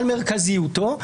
על מרכזיותו,